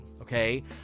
okay